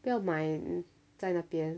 不要买在那边